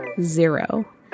Zero